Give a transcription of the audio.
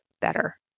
better